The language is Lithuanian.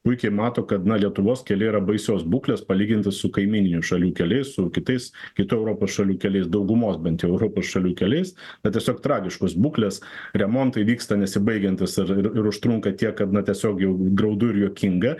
puikiai mato kad na lietuvos keliai yra baisios būklės palyginti su kaimyninių šalių keliais su kitais kitų europos šalių keliais daugumos bent jau europos šalių keliais jie tiesiog tragiškos būklės remontai vyksta nesibaigiantys ir ir užtrunka tiek kad na tiesiog jau graudu ir juokinga